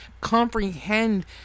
comprehend